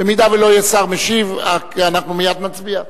אם לא יהיה שר משיב אנחנו מייד נצביע.